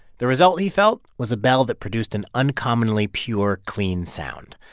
the result, he felt, was a bell that produced an uncommonly pure, clean sound.